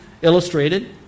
illustrated